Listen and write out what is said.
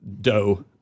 dough